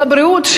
לבריאות,